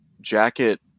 jacket